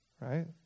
right